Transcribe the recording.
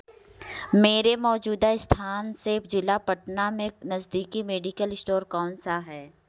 मेरे मौजूदा स्थान से जिला पटना में नज़दीकी मेडिकल स्टोर कौन सा है